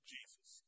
Jesus